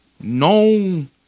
known